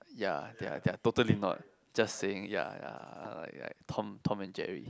ya they are they are totally not just saying ya ya ya Tom and Jerry